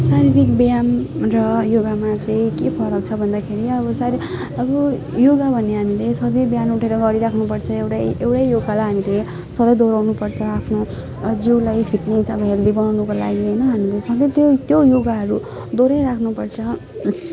शारीरिक व्यायाम र योगामा चाहिँ के फरक छ भन्दाखेरि अब शारी अब यो योगा भन्ने हामीले सधैँ बिहान उठेर गरिरहनु पर्छ एउटा एउटै योगालाई हामीले सधैँ दोहोर्याउनु पर्छ आफ्नो जिउलाई फिटनेस अब हेल्दी बनाउनको लागि होइन हामीले सधैँ त्यो त्यो योगाहरू दोहोर्याइरहनु पर्छ